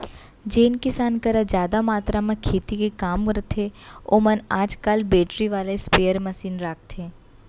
जेन किसान करा जादा मातरा म खेती के काम रथे ओमन आज काल बेटरी वाला स्पेयर मसीन राखथें